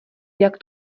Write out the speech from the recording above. jak